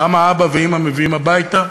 כמה אבא ואימא מביאים הביתה,